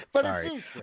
Sorry